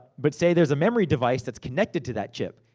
but say there's a memory device that's connected to that chip.